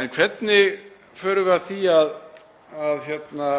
En hvernig förum við að því að